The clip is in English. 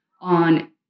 on